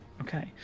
okay